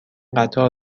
قطار